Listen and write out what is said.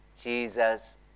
Jesus